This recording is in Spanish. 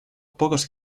pocos